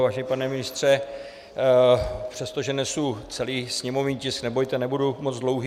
Vážený pane ministře, přestože nesu celý sněmovní tisk, nebojte, nebudu moc dlouhý.